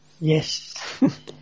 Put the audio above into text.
Yes